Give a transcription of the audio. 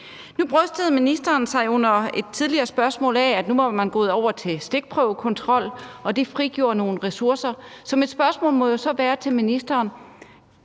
Nu brystede ministeren sig under et tidligere spørgsmål af, at man nu var gået over til stikprøvekontrol, og det frigjorde nogle ressourcer. Så mit spørgsmål til ministeren